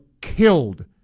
killed